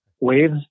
waves